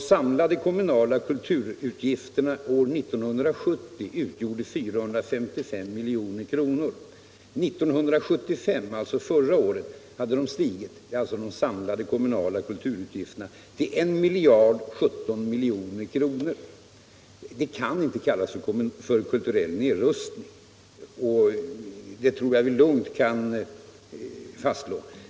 De samlade kommunala kulturutgifterna år 1970 uppgick till 455 milj.kr. År 1975, alltså förra året, hade de stigit till I 017 milj.kr. Det kan inte kallas för kulturell nedrustning — det tror jag vi lugnt kan fastslå.